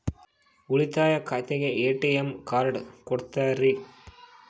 ಉಳಿತಾಯ ಖಾತೆಗೆ ATM card ಕೊಡ್ತೇರಿ?